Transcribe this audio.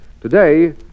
Today